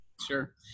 Sure